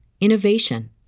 innovation